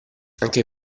anche